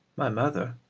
my mother,